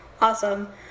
awesome